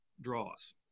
draws